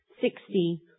sixty